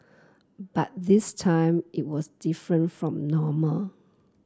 but this time it was different from normal